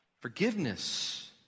forgiveness